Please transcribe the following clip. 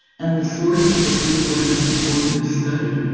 and the source of the sequence for your study.